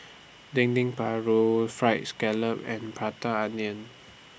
Dendeng Paru Fried Scallop and Prata Onion